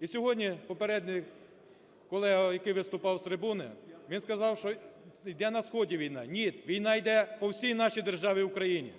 І сьогодні попереднім колегою, який виступав з трибуни, він сказав, що іде на сході війна. Ні, війна йде по всій нашій державі Україні.